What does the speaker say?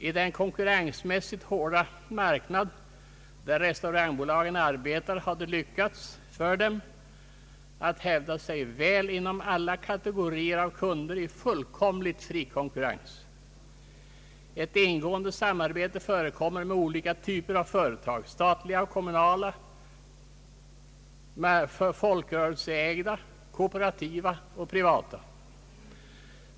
I den konkurrensmässigt hårda marknad, där Restaurangbolaget arbetar, har det lyckats hävda sig väl inom alla kategorier av kunder i fullkomligt fri konkurrens. Ett ingående samarbete förekommer med olika typer av företag, statliga, kommunala, folkrörelseägda, kooperativa och privata.